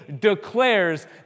declares